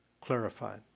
clarified